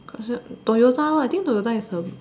Toyota lor I think Toyota is a